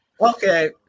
Okay